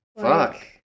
Fuck